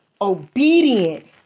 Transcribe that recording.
obedient